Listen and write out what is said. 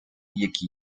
які